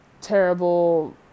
terrible